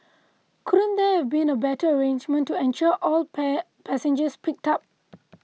couldn't there have been a better arrangement to ensure all passengers picked up